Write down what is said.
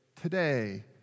today